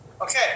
okay